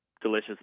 delicious